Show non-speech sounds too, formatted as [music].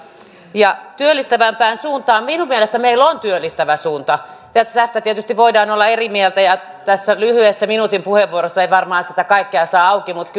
ja siitä että pitäisi mennä työllistävämpään suuntaan minun mielestäni meillä on työllistävä suunta tästä tietysti voidaan olla eri mieltä ja tässä lyhyessä minuutin puheenvuorossa ei varmaan sitä kaikkea saa auki mutta [unintelligible]